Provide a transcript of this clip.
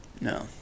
No